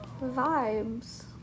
vibes